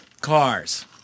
Cars